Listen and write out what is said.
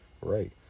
Right